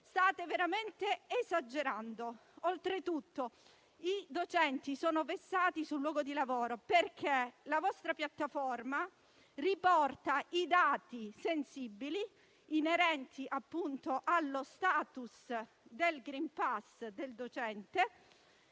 state veramente esagerando. Oltretutto, i docenti sono vessati sul luogo di lavoro, perché la vostra piattaforma riporta dati sensibili, inerenti appunto allo *status* del *green pass* del docente,